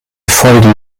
voll